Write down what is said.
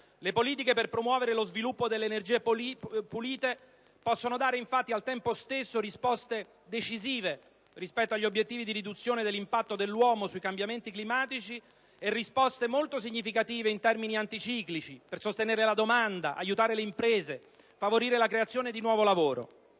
le politiche per promuovere lo sviluppo delle energie pulite possono dare infatti al tempo stesso risposte decisive rispetto agli obiettivi di riduzione dell'impatto dell'uomo sui cambiamenti climatici e risposte molto significative in termini anticiclici, per sostenere la domanda, aiutare le imprese, favorire la creazione di nuovo lavoro.